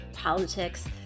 politics